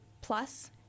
plus